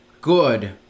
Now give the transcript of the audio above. good